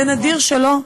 זה נדיר שלא,